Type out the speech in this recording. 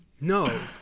No